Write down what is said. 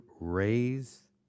raise